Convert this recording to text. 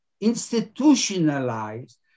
institutionalized